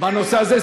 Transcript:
בנושא הזה.